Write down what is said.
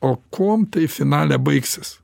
o kuom tai finale baigsis